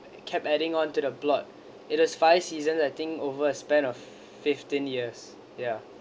kept adding onto the plot it is five seasons I think over a span of fifteen years ya